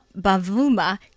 Bavuma